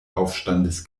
aufstandes